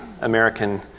American